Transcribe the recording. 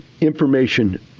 information